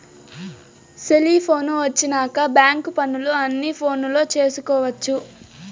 cellphone వచ్చినాక bank పనులు అన్ని ఫోనులో చేసుకొవచ్చు